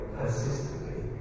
persistently